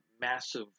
massive